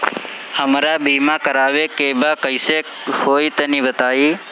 हमरा बीमा करावे के बा कइसे होई तनि बताईं?